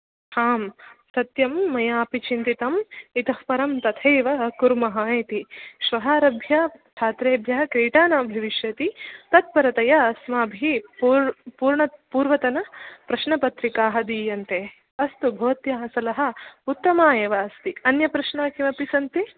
आं सत्यं मयापि चिन्तितम् इतः परं तथैव कुर्मः इति श्वः आरभ्यः छात्रेभ्यः क्रीडा न भविष्यति तत्परतया अस्माभिः पू पूर्ण पूर्वतनप्रश्नपत्रिकाः दीयन्ते अस्तु भवत्याः सलहा उत्तमा एव अस्ति अन्यप्रश्न किमपि सन्ति